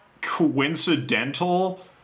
coincidental